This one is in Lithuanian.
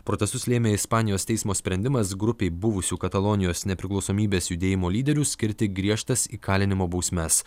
protestus lėmė ispanijos teismo sprendimas grupei buvusių katalonijos nepriklausomybės judėjimo lyderių skirti griežtas įkalinimo bausmes